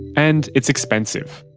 and it's expensive.